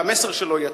והמסר שלו יצא.